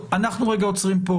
אנחנו עוצרים כאן.